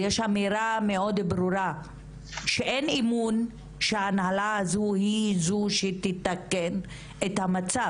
אז יש אמירה מאוד ברורה - שאין אמון שההנהלה הזו היא זו שתתקן את המצב.